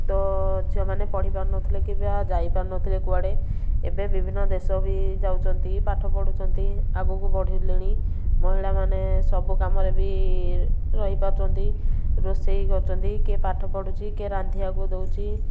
ତ ଝିଅମାନେ ପଢ଼ିପାରୁ ନ ଥିଲେ କି ବା ଯାଇପାରୁ ନ ଥିଲେ କୁଆଡ଼େ ଏବେ ବିଭିନ୍ନ ଦେଶ ବି ଯାଉଛନ୍ତି ପାଠ ପଢ଼ୁଛନ୍ତି ଆଗକୁ ବଢ଼ିଲେଣି ମହିଳା ମାନେ ସବୁ କାମରେ ବି ରହିପାରୁଛନ୍ତି ରୋଷେଇ କରୁଛନ୍ତି କିଏ ପାଠ ପଢ଼ୁଛି କିଏ ରାନ୍ଧିବାକୁ ଦଉଛି